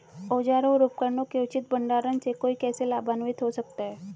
औजारों और उपकरणों के उचित भंडारण से कोई कैसे लाभान्वित हो सकता है?